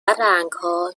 رنگها